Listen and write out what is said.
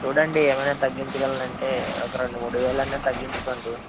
చూడండి ఏమైనా తగ్గించ గలరు అంటే ఒక రెండు మూడు వేలు అన్నా తగ్గించుకోండి